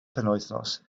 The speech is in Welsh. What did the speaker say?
penwythnos